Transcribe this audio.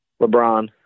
LeBron